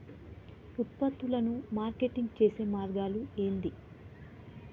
ఉత్పత్తులను మార్కెటింగ్ చేసే మార్గాలు ఏంది?